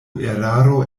eraro